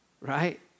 right